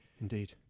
Indeed